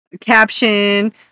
caption